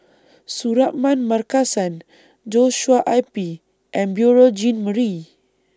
Suratman Markasan Joshua Ip and Beurel Jean Marie